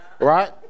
right